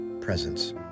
Presence